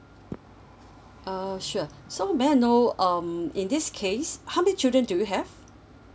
uh sure so may I know um in this case how many children do you have